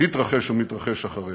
התרחש ומתרחש אחריה.